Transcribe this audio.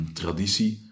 traditie